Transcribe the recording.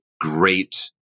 great